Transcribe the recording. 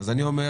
אז אני אומר,